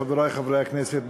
חברי חברי הכנסת,